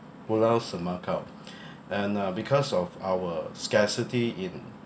pulau semakau and uh because of our scarcity in